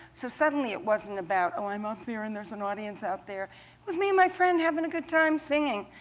so suddenly it wasn't about, oh, i'm up here and there's an audience out there. it was me my friend having a good time singing.